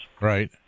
Right